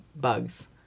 bugs